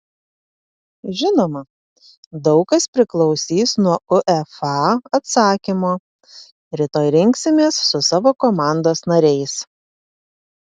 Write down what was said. žinoma daug kas priklausys nuo uefa atsakymo rytoj rinksimės su savo komandos nariais